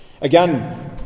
Again